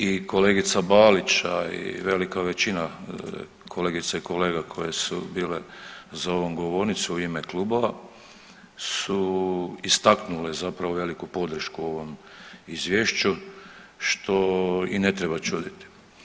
I kolegica Balić, a i velika većina kolegica i kolega koje su bile za ovom govornicom u ime klubova su istaknuli zapravo veliku podršku ovom izvješću što i ne treba čuditi.